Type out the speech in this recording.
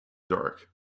dark